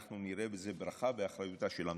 אנחנו נראה מזה ברכה באחריותה של המדינה.